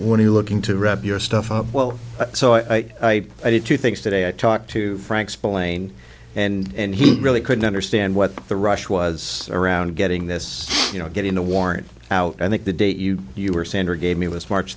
what are you looking to wrap your stuff up well so i did two things today i talked to frank's plane and he really couldn't understand what the rush was around getting this you know getting a warrant out and that the date you you were sandra gave me was march